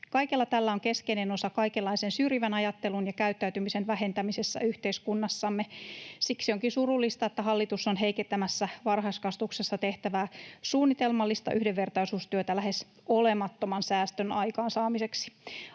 Kaikella tällä on keskeinen osa kaikenlaisen syrjivän ajattelun ja käyttäytymisen vähentämisessä yhteiskunnassamme. Siksi onkin surullista, että hallitus on heikentämässä varhaiskasvatuksessa tehtävää suunnitelmallista yhdenvertaisuustyötä lähes olemattoman säästön aikaansaamiseksi.